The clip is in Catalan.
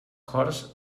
corts